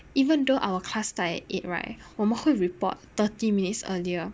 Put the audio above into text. even though our class start at eight right 我们会 report thirty minutes earlier